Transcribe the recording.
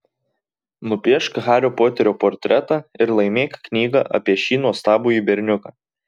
nupiešk hario poterio portretą ir laimėk knygą apie šį nuostabųjį berniuką